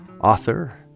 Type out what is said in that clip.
author